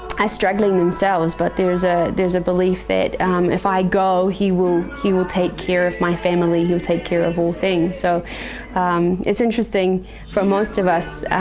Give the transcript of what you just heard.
struggling themselves, but there's ah there's a belief that if i go, he will he will take care of my family. he will take care of all things. so it's interesting for most of us,